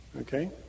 Okay